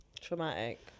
traumatic